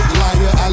liar